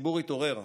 הציבור התעורר.